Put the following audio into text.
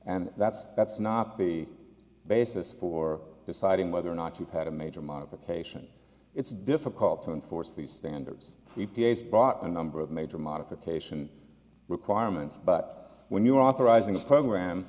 and that's that's not be basis for deciding whether or not you've had a major modification it's difficult to enforce the standards we bought a number of major modification requirements but when you were authorized in the program